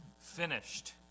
finished